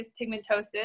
pigmentosis